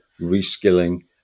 reskilling